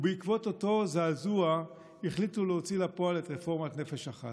ובעקבות אותו זעזוע החליטו להוציא לפועל את רפורמת נפש אחת.